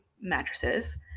mattresses